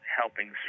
helping